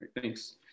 thanks